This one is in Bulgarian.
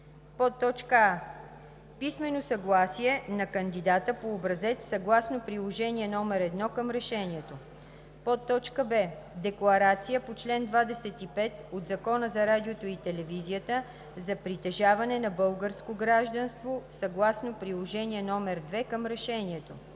а) писмено съгласие на кандидата по образец съгласно приложение № 1 към решението; б) декларация по чл. 25 от Закона за радиото и телевизията за притежаване на българско гражданство съгласно приложение № 2 към Решението;